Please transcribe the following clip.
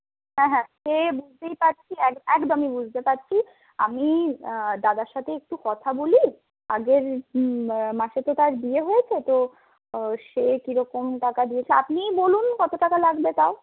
হ্যাঁ হ্যাঁ সে বুঝতেই পারছি একদমই বুঝতে পারছি আমি দাদার সাথে একটু কথা বলি আগের মাসে তো তার বিয়ে হয়েছে তো সে কীরকম টাকা দিয়েছে আপনিই বলুন কত টাকা লাগবে তাও